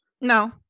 No